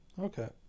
okay